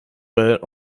but